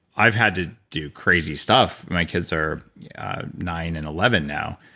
i've had to do crazy stuff. my kids are nine and eleven now.